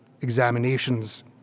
examinations